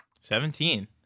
Seventeen